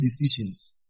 Decisions